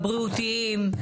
הבריאותיים,